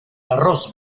arroz